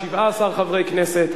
17 חברי כנסת,